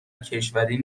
کشوری